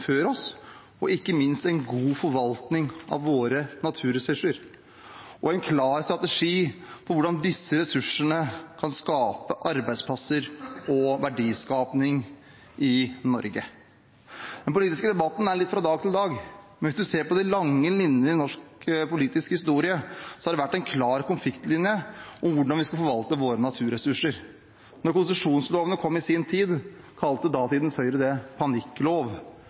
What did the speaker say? før oss og ikke minst en god forvaltning av våre naturressurser og en klar strategi for hvordan disse ressursene kan skape arbeidsplasser og verdiskaping i Norge. Den politiske debatten er litt fra dag til dag, men hvis man ser på de lange linjene i norsk politisk historie, har det vært en klar konfliktlinje om hvordan vi skal forvalte våre naturressurser. Da konsesjonslovene kom i sin tid, kalte datidens Høyre det